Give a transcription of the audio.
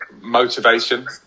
motivation